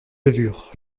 levure